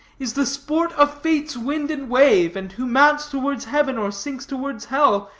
is the sport of fate's wind and wave, and who mounts towards heaven or sinks towards hell,